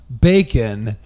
bacon